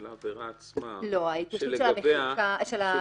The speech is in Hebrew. העבירה עצמה -- ההתיישנות של ההרשעה.